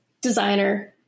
designer